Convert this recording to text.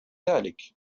ذلك